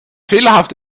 fehlerhaft